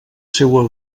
seua